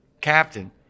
captain